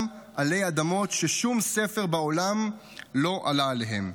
עלי אדמות ששום ספר בעולם לא עלה עליהם.